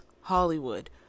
Hollywood